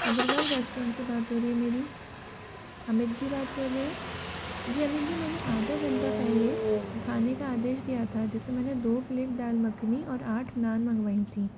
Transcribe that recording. Agarwal restaurant से बात हो रही है मेरी अमित जी बात कर रहे हैं जी अमित जी मैंने आधा घंटा पहले खाने का आदेश दिया था जिसे मैंने दो प्लेट दाल मखनी और आठ नान मंगवाईं थी